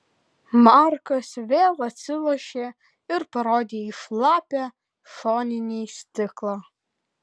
markas vėl atsilošė ir parodė į šlapią šoninį stiklą